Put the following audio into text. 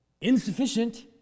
insufficient